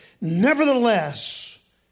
Nevertheless